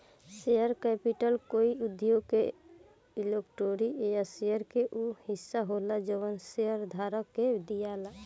share capital कोई उद्योग के इक्विटी या शेयर के उ हिस्सा होला जवन शेयरधारक के दियाला